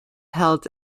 held